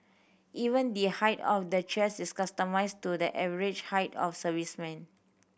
even the height of the chairs is customised to the average height of servicemen